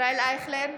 ישראל אייכלר,